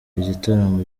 igitaramo